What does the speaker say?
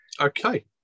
Okay